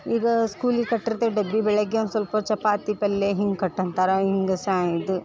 ಈಗ ಸ್ಕೂಲಿಗೆ ಕಟ್ಟಿರ್ತೀವಿ ಡಬ್ಬಿ ಬೆಳಗ್ಗೆ ಒಂದು ಸ್ವಲ್ಪ ಚಪಾತಿ ಪಲ್ಲೆ ಹಿಂಗೆ ಕಟ್ಟಿ ಅಂತಾರೆ ಹಿಂಗೆ ಸ ಇದು